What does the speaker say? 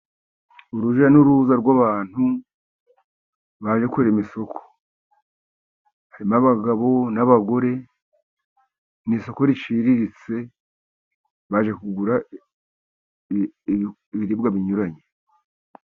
Urujya n'uruza rw'abantu baje kurema isoko harimo: abagabo, n'abagore. Ni isoko riciriritse baje kugura ibiribwa binyuranye.